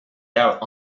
doubt